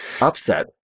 upset